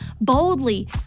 boldly